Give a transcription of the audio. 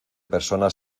personas